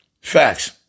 Facts